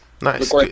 Nice